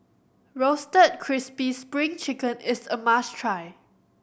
Roasted Crispy Spring Chicken is a must try